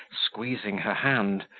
squeezing her hand,